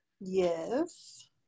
Yes